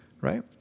right